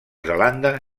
zelanda